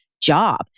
job